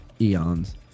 eons